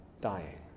dying